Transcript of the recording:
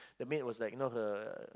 the maid was like you know her